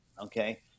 okay